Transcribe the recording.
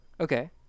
okay